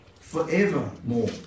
forevermore